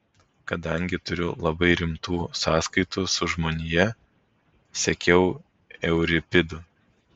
kadangi turiu labai rimtų sąskaitų su žmonija sekiau euripidu